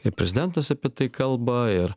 ir prezidentas apie tai kalba ir